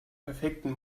perfekten